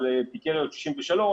על פיקריות 93,